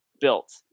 built